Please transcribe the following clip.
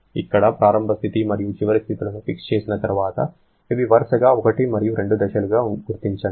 ఇక్కడ ప్రారంభ స్థితి మరియు చివరి స్థితులను ఫిక్స్ చేసిన తర్వాత ఇవి వరుసగా 1 మరియు 2 దశలుగా గుర్తించండి